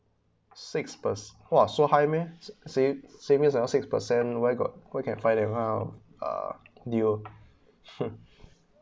six perc~ !wah! so high meh sav~ saving almost uh six percent why got why can find that how uh you